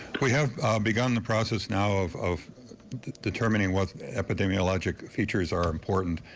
we have begun the process now of of determining what epidemologgic features are important,